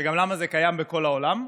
וגם למה זה קיים בכל העולם?